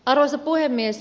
arvoisa puhemies